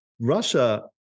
Russia